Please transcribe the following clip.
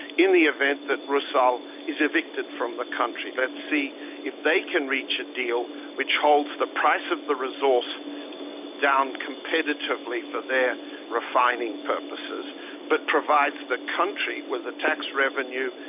in the event that rusal is evicted from the country let's see if they can reach a deal will holds the price of the resource down competitively for their refining purposes but provides the country with the tax revenue,